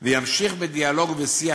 וימשיך בדיאלוג ובשיח,